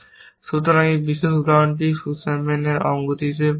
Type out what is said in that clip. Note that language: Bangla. সুতরাং এই বিশেষ উদাহরণটি সুসম্যানের অসঙ্গতি হিসাবে পরিচিত